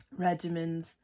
regimens